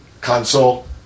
console